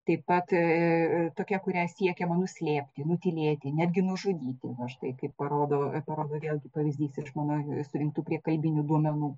taip pat ir tokia kurią siekiama nuslėpti nutylėti netgi nužudyti na štai kaip parodo parodo vėlgi pavyzdys iš mano surinktų prie kalbinių duomenų